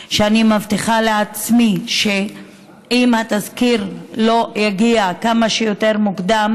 מצבים שאני בעצמי לא יכולתי לעכל ולא יכולתי לחיות בשקט איתם,